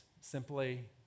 simply